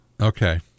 Okay